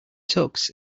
tux